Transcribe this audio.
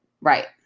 Right